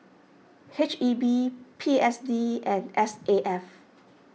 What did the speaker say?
H E B P S D and S A F